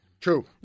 True